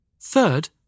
Third